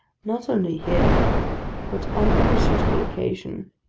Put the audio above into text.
not only here but on every suitable occasion,